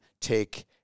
take